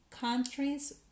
countries